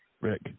Rick